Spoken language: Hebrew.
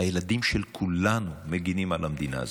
הילדים של כולנו מגינים על המדינה הזאת.